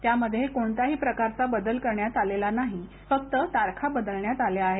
त्यामध्ये कोणत्याही प्रकारचा बदल करण्यात आलेला नाही फक्त तारखा बदलण्यात आल्या आहेत